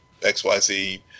XYZ